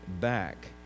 back